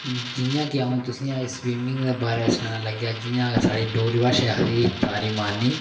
जि'यां कि तुसेंगी अज्ज स्वीमिंग दे बारै च सनान लग्गेआं जि'यांं साढ़ी डोगरी भाशा च आखदे तारी मारनी